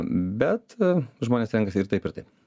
bet žmonės renkasi ir taip ir taip